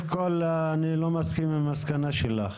אני לא מסכים עם המסקנה שלך.